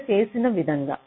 ఇక్కడ చేసిన విధంగా